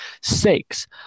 six